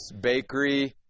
Bakery